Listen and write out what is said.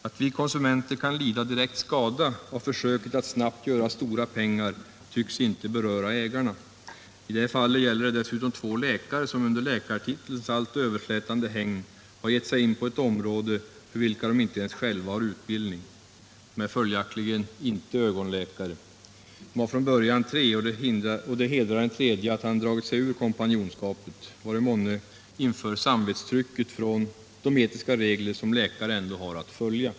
Att vi konsumenter kan lida direkt skada av försöket att snabbt göra stora pengar tycks inte beröra ägarna. I det här fallet gäller det dessutom två läkare som under läkartitelns allt överslätande hägn har givit sig in på ett område, för vilket de inte ens själva har utbildning. De är följaktligen inte ögonläkare. Från början var de tre, och det hedrar den tredje att han dragit sig ur kompanjonskapet. Var det månne under samvetstrycket från de etiska regler som läkare ändå har att följa?